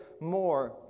more